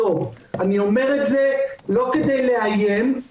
00 ועד יום ראשון בשעה 05:00,"; (2) בתקנה 2א (א) בפסקה (2),